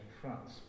France